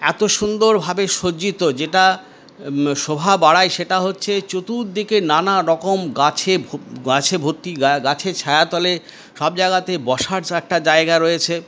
এত সুন্দরভাবে সজ্জিত যেটা শোভা বাড়ায় সেটা হচ্ছে চতুর্দিকে নানা রকম গাছে গাছে ভর্তি গাছের ছায়াতলে সব জায়গাতে বসার একটা জায়গা রয়েছে